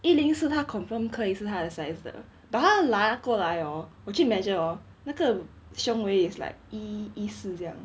一零四他 confirm 可以是他的 size 的 but 他拿过来 hor 我去 measure hor 那个胸围 is like 一一四这样